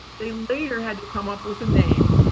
they later had to come up with a name,